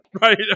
right